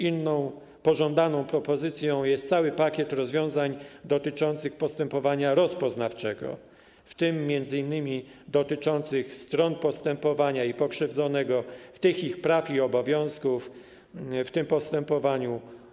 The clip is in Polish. Inną pożądaną propozycją jest cały pakiet rozwiązań dotyczących postępowania rozpoznawczego, w tym m.in. dotyczących stron postępowania i pokrzywdzonego, w tym ich praw i obowiązków w tym postępowaniu.